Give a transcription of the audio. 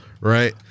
right